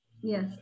Yes